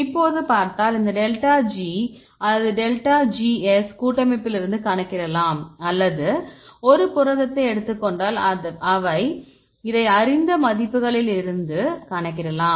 இப்போது பார்த்தால் இந்த டெல்டா ஜி அல்லது டெல்டா ஜிஎஸ் கூட்டமைப்பிலிருந்து கணக்கிடலாம் அல்லது ஒரு புரதத்தை எடுத்துக் கொண்டால் இதை அறிந்த மதிப்புகளில் இருந்து கணக்கிடலாம்